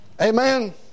Amen